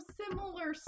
similar